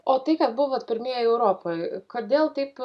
o tai kad buvot pirmieji europoj kodėl taip